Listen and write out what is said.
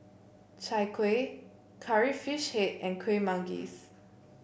Chai Kueh Curry Fish Head and Kueh Manggis